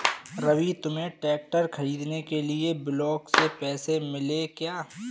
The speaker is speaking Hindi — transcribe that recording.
रवि तुम्हें ट्रैक्टर खरीदने के लिए ब्लॉक से पैसे मिले क्या?